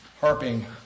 harping